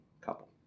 couple